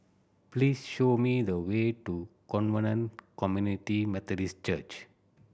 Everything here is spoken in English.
please show me the way to Covenant Community Methodist Church